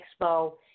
Expo